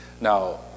Now